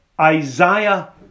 Isaiah